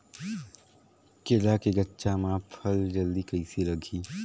केला के गचा मां फल जल्दी कइसे लगही?